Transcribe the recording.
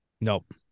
Nope